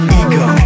ego